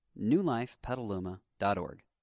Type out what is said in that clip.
newlifepetaluma.org